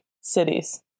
cities